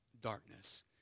darkness